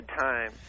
time